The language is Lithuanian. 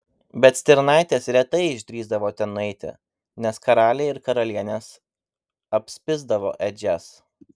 bet stirnaitės retai išdrįsdavo ten nueiti nes karaliai ir karalienės apspisdavo ėdžias